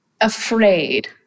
afraid